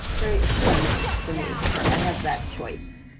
very affirming for me that i have that choice,